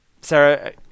Sarah